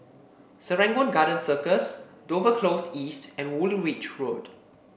Serangoon Garden Circus Dover Close East and Woolwich Road